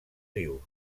rius